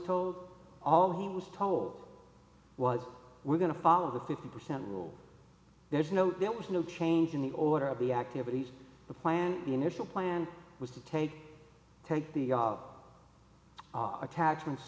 told all he was told was we're going to follow the fifty percent rule there's no there was no change in the order of the activities the plan the initial plan was to take take the attachments